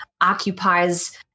occupies